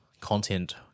content